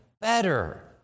better